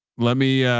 let me,